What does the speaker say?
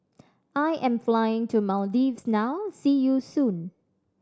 I am flying to Maldives now see you soon